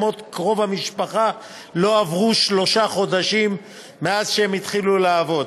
מות קרוב המשפחה לא עברו שלושה חודשים מאז שהם התחילו לעבוד.